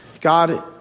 God